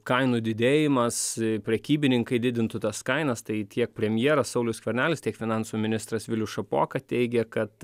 kainų didėjimas prekybininkai didintų tas kainas tai tiek premjeras saulius skvernelis tiek finansų ministras vilius šapoka teigė kad